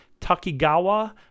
takigawa